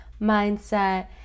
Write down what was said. mindset